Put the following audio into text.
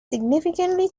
significantly